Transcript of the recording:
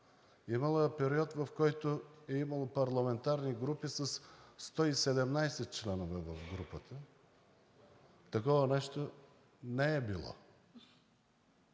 Имало е период, в който е имало парламентарни групи със 117 членове в групата. Такова нещо не е било